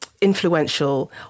influential